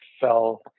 fell